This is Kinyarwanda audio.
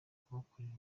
kubakorera